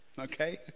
okay